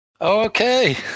Okay